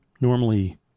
normally